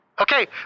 okay